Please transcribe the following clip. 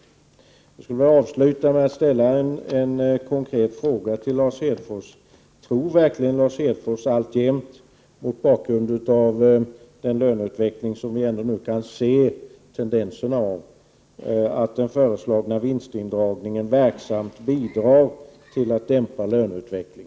Avslutningsvis vill jag ställa följande konkreta fråga: Tror verkligen Lars Hedfors mot bakgrund av den löneutveckling som vi åtminstone kan se tendenserna till att den föreslagna vinstindragningen verksamt kommer att bidra till en dämpad löneutveckling?